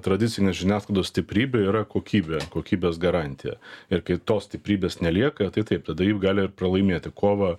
tradicinės žiniasklaidos stiprybė yra kokybė kokybės garantija ir kai tos stiprybės nelieka tai taip tada ji gali pralaimėti kovą